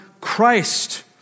Christ